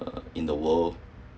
uh in the world